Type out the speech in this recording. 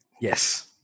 Yes